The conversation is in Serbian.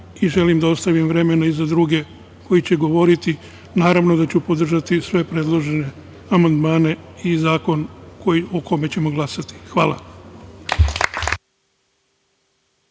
i želim da ostavim vremena i za druge koji će govoriti. Naravno da ću podržati sve predložene amandmane i zakon o kome ćemo glasati. Hvala.